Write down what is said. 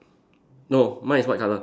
no mine is white color